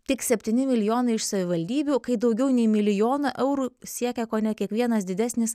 tik septyni milijonai iš savivaldybių kai daugiau nei milijoną eurų siekia kone kiekvienas didesnis